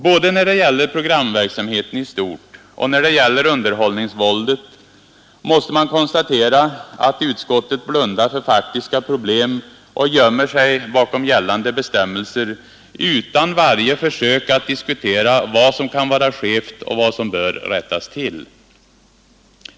Både när det gäller programverksamheten i stort och när det gäller underhållningsvåldet måste man konstatera att utskottet blundar för faktiska problem och gömmer sig bakom gällande bestämmelser, utan varje försök att diskutera vad som kan vara skevt och vad som bör rättas till.